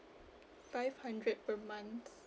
five hundred per month